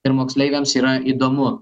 ir moksleiviams yra įdomu